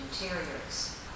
interiors